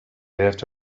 left